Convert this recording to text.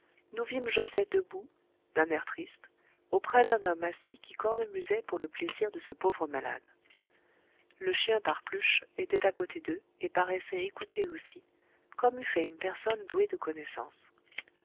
nous vîmes joset debout d'un air triste auprès d'un homme assis qui cornemusait pour le plaisir de ce pauvre malade le chien parpluche était à côté d'eux et paraissait écouter aussi comme eût fait une personne douée de connaissance